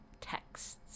texts